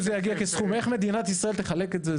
איך מדינת ישראל תחלק את זה,